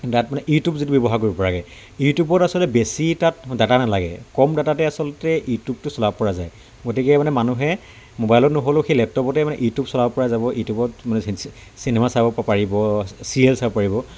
তাত মানে ইউটিউব যিটো ব্যৱহাৰ কৰিব পৰাকৈ ইউটিউবত আচলতে বেছি তাত ডাটা নালাগে কম ডাটাতে আচলতে ইউটিউবটো চলাব পৰা যায় গতিকে মানে মানুহে ম'বাইলত নহ'লেও মানে সেই লেপটপতে মানে ইউটিউব চলাব পৰা যাব ইউটিউবত মানে চিন চিনেমা চাব পাৰিব চিৰিয়েল চাব পাৰিব